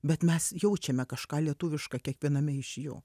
bet mes jaučiame kažką lietuvišką kiekviename iš jų